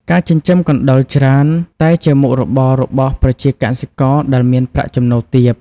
ការចិញ្ចឹមកណ្តុរច្រើនតែជាមុខរបររបស់ប្រជាកសិករដែលមានប្រាក់ចំណូលទាប។